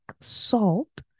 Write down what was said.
salt